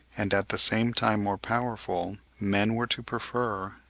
and at the same time more powerful men were to prefer,